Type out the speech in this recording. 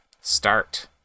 start